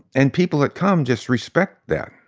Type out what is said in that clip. and people that come just respect that.